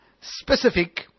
specific